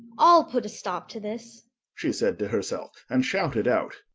i'll put a stop to this she said to herself, and shouted out,